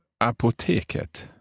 Apoteket